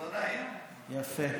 סגן היושב-ראש?